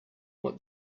what